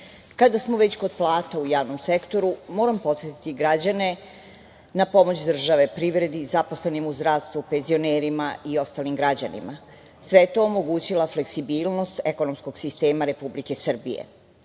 smo već kod plata u javnom sektoru, moram podsetiti građane na pomoć države privredi, zaposlenima u zdravstvu, penzionerima i ostalim građanima. Sve je to omogućila fleksibilnost ekonomskog sistema Republike Srbije.S